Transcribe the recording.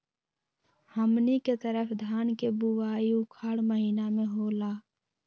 हमनी के तरफ धान के बुवाई उखाड़ महीना में होला